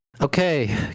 Okay